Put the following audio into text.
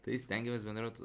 tai stengiamės bendraut